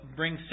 bring